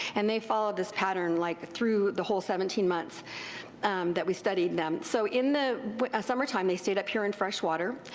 and they followed this pattern like through the whole seventeen months that we studied them. so in the summertime they stayed up here in fresh water.